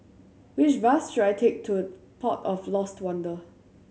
which bus should I take to Port of Lost Wonder